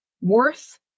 worth